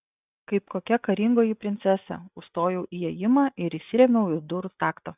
kaip kokia karingoji princesė užstojau įėjimą ir įsirėmiau į durų staktą